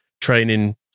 training